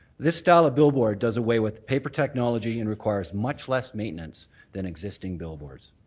this style of billboard does away with paper technology and requires much less maintenance than existing billboards.